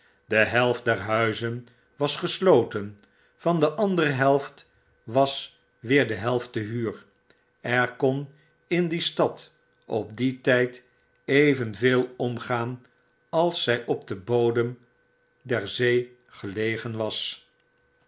de helft der huizen was gesloten van de andere helft was weer de helft te huur er kon in die stad op dientyd evenveel omgaan alszy op den bodem der zee gelegen was